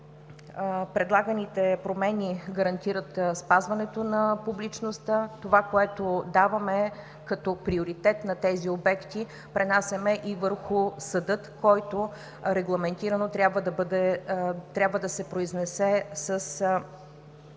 предлаганите промени гарантират спазването на публичността – това, което даваме като приоритет на тези обекти, пренасяме и върху съда, който регламентирано трябва да се произнесе с